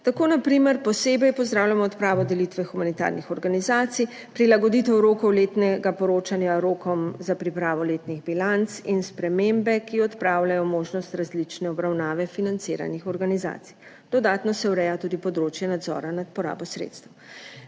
Tako na primer posebej pozdravljamo odpravo delitve humanitarnih organizacij, prilagoditev rokov letnega poročanja rokom za pripravo letnih bilanc in spremembe, ki odpravljajo možnost različne obravnave financiranih organizacij. Dodatno se ureja tudi področje nadzora nad porabo sredstev.